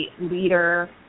leader